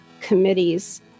committees